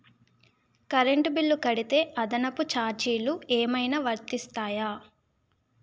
Current bill కడితే అదనపు ఛార్జీలు ఏమైనా వర్తిస్తాయా?